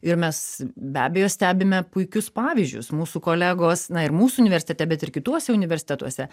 ir mes be abejo stebime puikius pavyzdžius mūsų kolegos na ir mūsų universitete bet ir kituose universitetuose